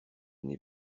n’ai